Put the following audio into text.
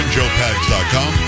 JoePags.com